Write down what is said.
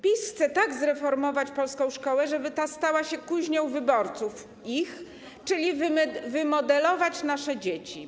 PiS chce tak zreformować polską szkołę, żeby ta stała się kuźnią ich wyborców, czyli wymodelować nasze dzieci.